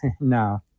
No